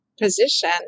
position